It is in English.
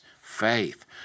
faith